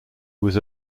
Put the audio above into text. was